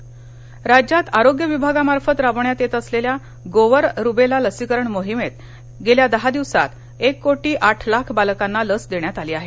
गोवर रुबेलाः राज्यात आरोग्य विभागामार्फत राबविण्यात येत असलेल्या गोवर रुबेला लसीकरण माहिमेत गेल्या दहा दिवसांत एक कोटी आठ लाख बालकांना लस देण्यात आली आहे